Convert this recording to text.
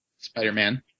Spider-Man